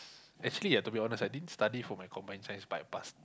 actually ah to be honest I didn't study for my combined science but I passed